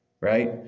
right